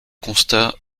constat